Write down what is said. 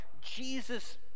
jesus